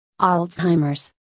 Alzheimer's